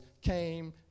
came